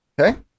Okay